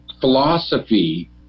philosophy